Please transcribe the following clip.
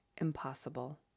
impossible